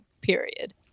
period